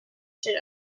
should